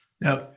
Now